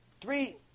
Three